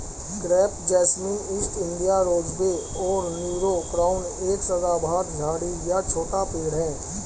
crepe jasmine, east India rosebay और Nero crown एक सदाबहार झाड़ी या छोटा पेड़ है